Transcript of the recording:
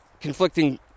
conflicting